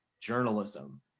journalism